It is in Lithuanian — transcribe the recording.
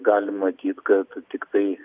galim matyt kad tiktai